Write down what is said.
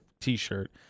t-shirt